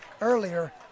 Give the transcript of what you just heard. earlier